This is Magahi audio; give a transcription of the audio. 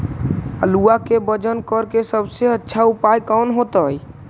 आलुआ के वजन करेके सबसे अच्छा उपाय कौन होतई?